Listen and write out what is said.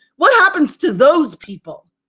what happens to those people?